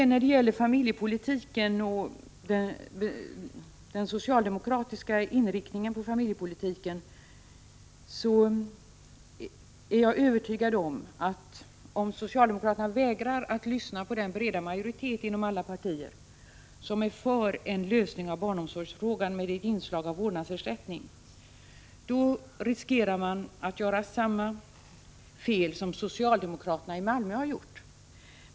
När det gäller den socialdemokratiska inriktningen av familjepolitiken är jag övertygad om att om socialdemokraterna vägrar att lyssna på den breda majoritet inom alla partier som är för en lösning av barnomsorgsfrågan med ett inslag av vårdnadsersättning, så riskerar man att göra samma fel som socialdemokraterna i Malmö har gjort.